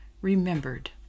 remembered